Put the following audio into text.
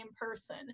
person